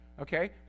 okay